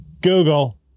Google